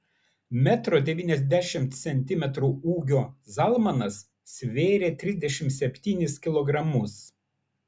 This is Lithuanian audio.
metro devyniasdešimt centimetrų ūgio zalmanas svėrė trisdešimt septynis kilogramus